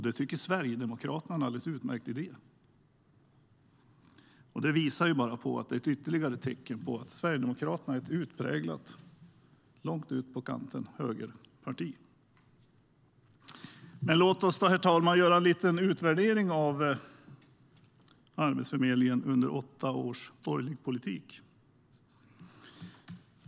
Det tycker Sverigedemokraterna är en alldeles utmärkt idé. Det är bara ett ytterligare tecken på att Sverigedemokraterna är ett utpräglat högerparti, långt ut på högerkanten. Låt oss, herr talman, göra en liten utvärdering av Arbetsförmedlingen under åtta års borgerlig politik.